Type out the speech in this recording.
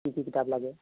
কি কি কিতাপ লাগে